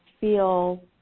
feel